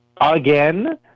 again